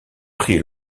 pris